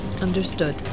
Understood